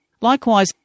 Likewise